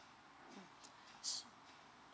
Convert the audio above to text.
mm